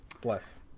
Bless